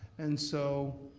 and so.